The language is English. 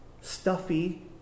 stuffy